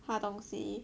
他东西